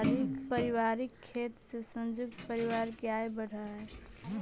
पारिवारिक खेती से संयुक्त परिवार के आय बढ़ऽ हई